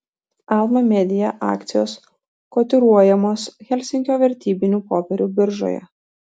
alma media akcijos kotiruojamos helsinkio vertybinių popierių biržoje